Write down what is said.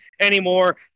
anymore